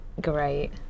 great